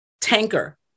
tanker